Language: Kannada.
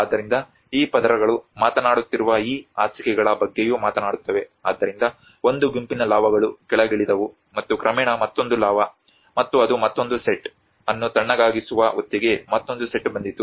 ಆದ್ದರಿಂದ ಈ ಪದರಗಳು ಮಾತನಾಡುತ್ತಿರುವ ಈ ಹಾಸಿಗೆಗಳ ಬಗ್ಗೆಯೂ ಮಾತನಾಡುತ್ತವೆ ಆದ್ದರಿಂದ ಒಂದು ಗುಂಪಿನ ಲಾವಾಗಳು ಕೆಳಗಿಳಿದವು ಮತ್ತು ಕ್ರಮೇಣ ಮತ್ತೊಂದು ಲಾವಾ ಮತ್ತು ಅದು ಮತ್ತೊಂದು ಸೆಟ್ ಅನ್ನು ತಣ್ಣಗಾಗಿಸುವ ಹೊತ್ತಿಗೆ ಮತ್ತೊಂದು ಸೆಟ್ ಬಂದಿತು